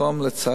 לצערי,